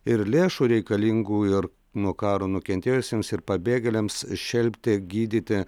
ir lėšų reikalingų ir nuo karo nukentėjusiems ir pabėgėliams šelpti gydyti